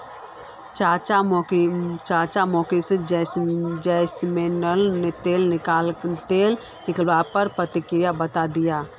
चाचा मोको जैस्मिनेर तेल निकलवार प्रक्रिया बतइ दे